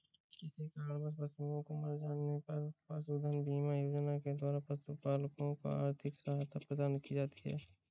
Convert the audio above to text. किसी कारणवश पशुओं के मर जाने पर पशुधन बीमा योजना के द्वारा पशुपालकों को आर्थिक सहायता प्रदान की जाती है